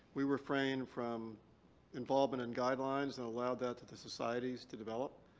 we refrained from involvement in guidelines and allow that to the societies to develop.